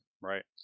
Right